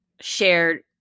shared